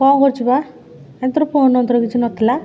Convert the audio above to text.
କ'ଣ କରଛୁ ବା ତୋର ଫୋନ୍ ଅନ୍ତର କିଛି ନଥିଲା